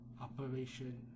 Operation